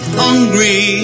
hungry